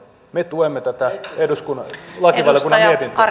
me tuemme tätä eduskunnan lakivaliokunnan mietintöä